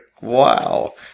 wow